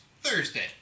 Thursday